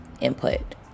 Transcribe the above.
input